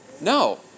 No